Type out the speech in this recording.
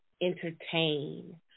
entertain